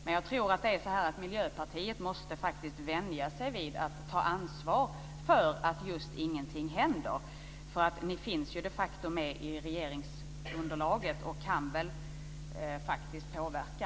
Men jag tror att Miljöpartiet faktiskt måste vänja sig vid att ta ansvar för att just ingenting händer. Miljöpartiet finns ju de facto med i regeringsunderlaget och kan väl faktiskt påverka.